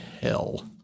hell